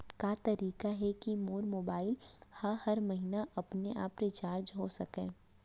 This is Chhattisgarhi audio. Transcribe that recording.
का तरीका हे कि मोर मोबाइल ह हर महीना अपने आप रिचार्ज हो सकय?